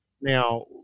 Now